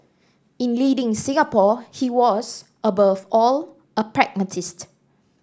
in leading Singapore he was above all a pragmatist